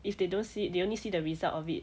if they don't see it they only see the result of it